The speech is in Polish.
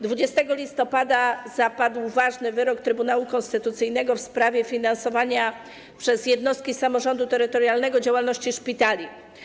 20 listopada zapadł ważny wyrok Trybunału Konstytucyjnego w sprawie finansowania przez jednostki samorządu terytorialnego działalności szpitali.